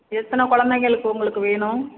எத்தனை குழந்தைகளுக்கு உங்களுக்கு வேணும்